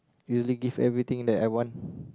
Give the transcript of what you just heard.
really give everything that I want